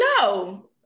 no